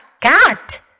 got